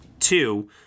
Two